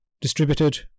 distributed